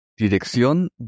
Dirección